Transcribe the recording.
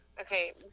okay